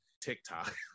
TikTok